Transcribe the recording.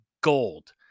Gold